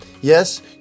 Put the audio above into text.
Yes